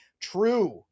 True